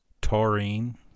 Taurine